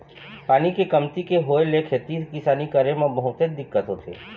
पानी के कमती के होय ले खेती किसानी करे म बहुतेच दिक्कत होथे